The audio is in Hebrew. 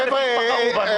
--- בחרו בנו ,